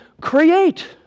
create